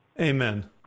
Amen